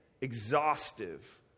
exhaustive